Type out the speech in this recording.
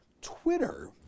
Twitter